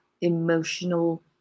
emotional